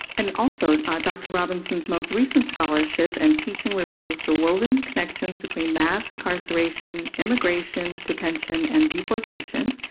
and also, doctor robinson's most recent scholarship and teaching reveals the woven connections between mass incarceration, immigration, detention, and deportation,